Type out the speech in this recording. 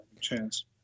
chance